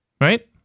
right